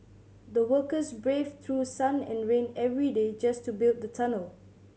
the workers braved through sun and rain every day just to build the tunnel